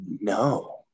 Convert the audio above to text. No